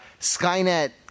Skynet